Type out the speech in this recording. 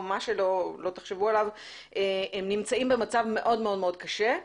מה שלא תחשבו עליו הם נמצאים במצב מאוד מאוד קשה.